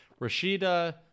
Rashida